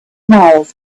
miles